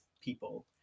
people